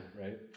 right